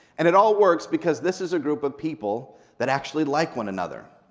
and it all works because this is a group of people that actually like one another.